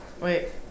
Wait